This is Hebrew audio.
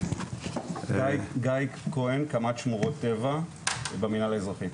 גיא כהן, קמ"ט שמורות טבע במינהל האזרחי.